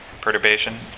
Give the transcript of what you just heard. perturbation